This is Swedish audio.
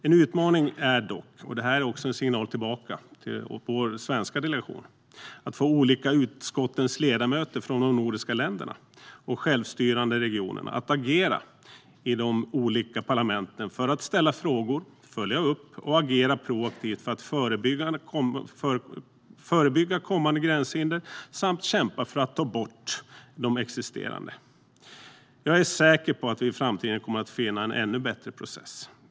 En utmaning är dock, och det här är också en signal tillbaka till vår svenska delegation, att få de olika utskottens ledamöter från de nordiska länderna och självstyrande regioner att agera i de olika parlamenten för att ställa frågor, följa upp och agera proaktivt för att förebygga kommande gränshinder samt kämpa för att ta bort de existerande. Jag är säker på att vi i framtiden kommer att finna en ännu bättre process.